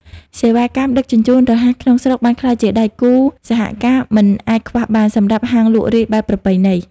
សេវាកម្មដឹកជញ្ជូនរហ័សក្នុងស្រុក បានក្លាយជាដៃគូសហការមិនអាចខ្វះបានសម្រាប់ហាងលក់រាយបែបប្រពៃណី។